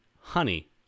honey